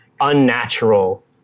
unnatural